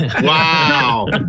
Wow